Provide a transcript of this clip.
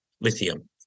lithium